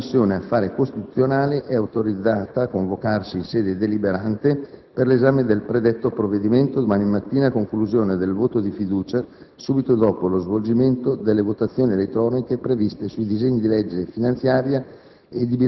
La Commissione affari costituzionali è autorizzata a convocarsi in sede deliberante per l'esame del predetto provvedimento domani mattina, a conclusione del voto di fiducia, subito dopo lo svolgimento delle votazioni elettroniche previste sui disegni di legge finanziaria